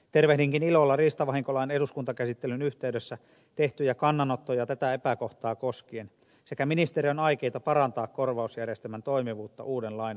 tervehdinkin ilolla riistavahinkolain eduskuntakäsittelyn yhteydessä tehtyjä kannanottoja tätä epäkohtaa koskien sekä ministeriön aikeita parantaa korvausjärjestelmän toimivuutta uuden lain astuessa voimaan